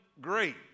great